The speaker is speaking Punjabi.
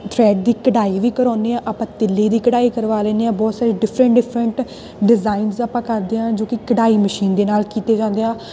ਥਰੈਡ ਦੀ ਕਢਾਈ ਵੀ ਕਰਵਾਉਂਦੇ ਹਾਂ ਆਪਾਂ ਤਿੱਲੇ ਦੀ ਕਢਾਈ ਕਰਵਾ ਲੈਂਦੇ ਹਾਂ ਬਹੁਤ ਸਾਰੇ ਡਿਫਰੈਂਟ ਡਿਫਰੈਂਟ ਡਿਜ਼ਾਇਨਸ ਆਪਾਂ ਕਰਦੇ ਹਾਂ ਜੋ ਕਿ ਕਢਾਈ ਮਸ਼ੀਨ ਦੇ ਨਾਲ ਕੀਤੇ ਜਾਂਦੇ ਆ